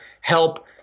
help